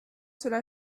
cela